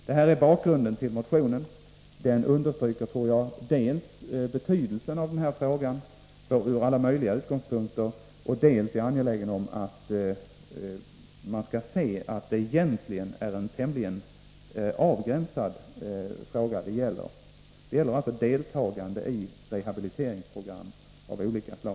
Detta är bakgrunden till motionen, och jag tror att den understryker dels betydelsen av den här frågan från alla möjliga utgångspunkter, dels angelägenheten av att man inser att det egentligen är en tämligen avgränsad fråga. Den gäller alltså deltagande i rehabiliteringsprogram av olika slag.